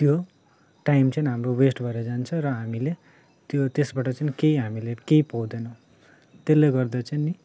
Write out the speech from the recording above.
त्यो टाइम चाहिँ हाम्रो वेस्ट भएर जान्छ र हामीले त्यो त्यसबाट चाहिँ केही हामीले केही पाउँदैन त्यसले गर्दा चाहिँ नि